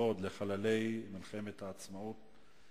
כבוד לחללי מלחמת הקוממיות,